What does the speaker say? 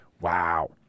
Wow